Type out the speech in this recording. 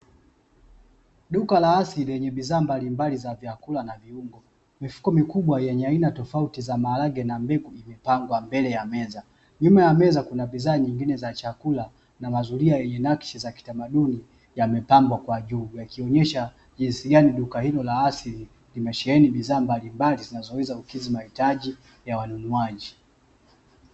Duka la asili lenye bidhaa mbalimbali za vyakula na viungo, mifuko mikubwa yenye aina tofauti za maharage na mbegu imepangwa mbele ya meza; nyuma ya meza kuna bidhaa nyingine za chakula na mazuria yenye nakshi za kitamaduni yamepambwa kwa juu yakionyesha jinsi gani duka hilo la asili limesheheni bidhaa mbalimbali zinazoweza kukidhi mahitaji ya wanunuaji.